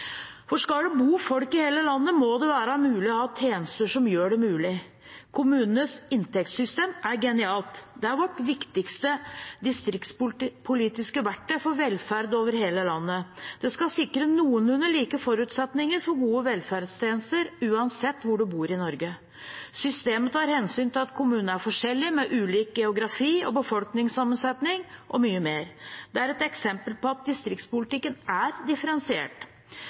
Skal det bo folk i hele landet, må det være mulig å ha tjenester som gjør det mulig. Kommunenes inntektssystem er genialt. Det er vårt viktigste distriktspolitiske verktøy for velferd over hele landet. Det skal sikre noenlunde like forutsetninger for gode velferdstjenester uansett hvor man bor i Norge. Systemet tar hensyn til at kommunene er forskjellige, med ulik geografi og befolkningssammensetning og mye mer. Det er et eksempel på at distriktspolitikken er differensiert.